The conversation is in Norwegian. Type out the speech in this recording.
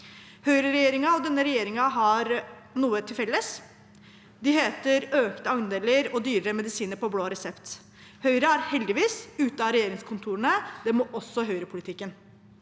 Høyreregjeringen og denne regjeringen har noe til felles: økte andeler og dyrere medisiner på blå resept. Høyre er heldigvis ute av regjeringskontorene, det må også Høyre-politikken.